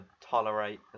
tolerate